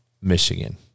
Michigan